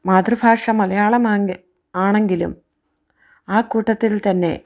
മാതൃഭാഷ മലയാളമാണ് ആണെങ്കിലും ആ കൂട്ടത്തിൽത്തന്നെ